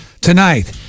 tonight